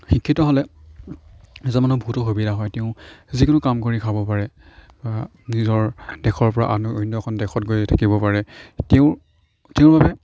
শিক্ষিত হ'লে এজন মানুহৰ বহুতো সুবিধা হয় তেওঁ যিকোনো কাম কৰি খাব পাৰে নিজৰ দেশৰ পৰা অন্য় এখন দেশত গৈ থাকিব পাৰে তেওঁৰ তেওঁৰ বাবে